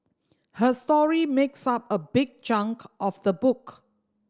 her story makes up a big chunk of the book